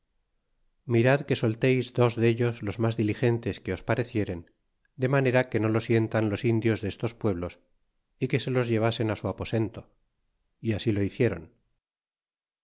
mirad que solteis dos dellos los mas diligentes que os parecieren de manera que no lo sientan los indios destos pueblos y que se los llevasen á su aposento y asi lo hicieron